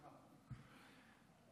סליחה.